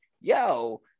yo